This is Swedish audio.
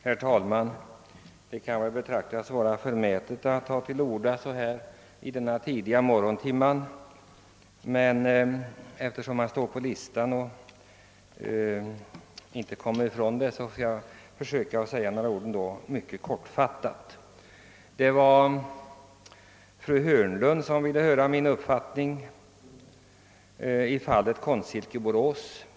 Herr talman! Kanske kan det betraktas som förmätet att ta till orda i denna tidiga morgontimma, men eftersom jag står på talarlistan skall jag för söka mycket kortfattat framföra mitt ärende. Fru Hörnlund ville höra min uppfattning om Konstsilke AB, Borås.